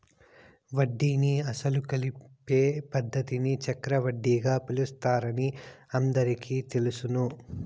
వడ్డీని అసలు కలిపే పద్ధతిని చక్రవడ్డీగా పిలుస్తారని అందరికీ తెలుసును